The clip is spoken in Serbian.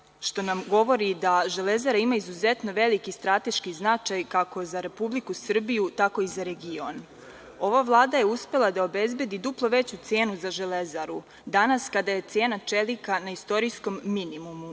što nam govori da „Železara“ ima izuzetno veliki strateški značaj, kako za Republiku Srbiju, tako i za region. Ova Vlada je uspela da obezbedi duplo veću cenu za „Železaru“. Danas kada je cena čelika na istorijskom minimumu,